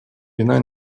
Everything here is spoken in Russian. вина